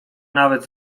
nawet